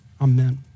Amen